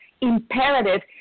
imperative